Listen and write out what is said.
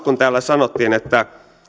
kun täällä sanottiin että